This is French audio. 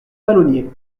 palonnier